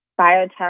biotech